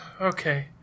Okay